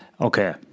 Okay